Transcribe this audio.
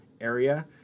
area